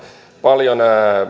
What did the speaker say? paljon